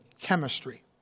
chemistry